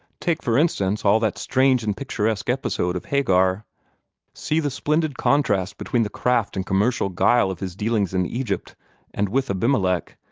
take for instance all that strange and picturesque episode of hagar see the splendid contrast between the craft and commercial guile of his dealings in egypt and with abimelech,